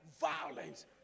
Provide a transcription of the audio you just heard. violence